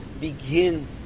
begin